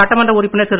சட்டமன்ற உறுப்பினர் திரு